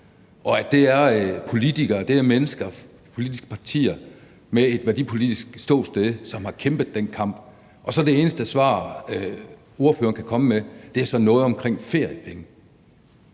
det er mennesker, det er politiske partier med et værdipolitisk ståsted, der har kæmpet den kamp, og så er det eneste svar, ordføreren kan komme med, noget omkring feriepengene.